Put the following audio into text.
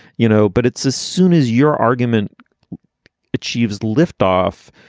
you know, but it's as soon as your argument achieves liftoff,